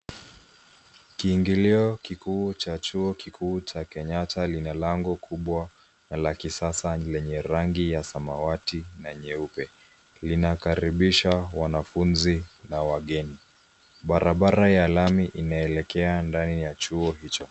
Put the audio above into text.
Kiingilio kikuu cha Chuo Kikuu cha Kenyatta lina lango kubwa la kisasa lenye rangi ya samawati na nyeupe, linakaribisha wanafunzi na wageni. Barabara ya lami inaelekea ndani ya chuo hicho.